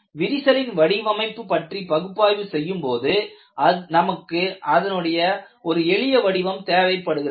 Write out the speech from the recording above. விரிசலின் வடிவமைப்பு பற்றி பகுப்பாய்வு செய்யும் போது நமக்கு அதனுடைய ஒரு எளிய வடிவம் தேவைப்படுகிறது